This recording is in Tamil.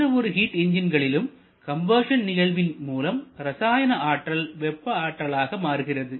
எந்த ஒரு ஹிட் என்ஜின்களிலும் கம்பஷன் நிகழ்வின் மூலம் ரசாயன ஆற்றல் வெப்ப ஆற்றலாக மாறுகிறது